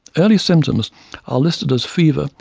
early symptoms are listed as fever,